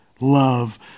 love